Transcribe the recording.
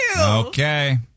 Okay